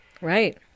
Right